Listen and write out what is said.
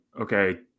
okay